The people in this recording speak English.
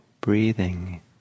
breathing